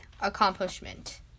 accomplishment